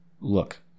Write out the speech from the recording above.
look